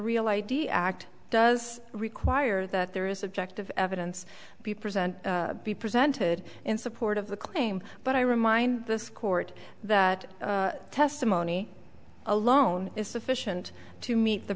real id act does require that there is objective evidence be present be presented in support of the claim but i remind this court that testimony alone is sufficient to meet the